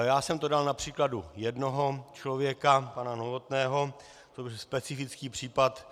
Já jsem to dal na příkladu jednoho člověka, pana Novotného, specifický případ.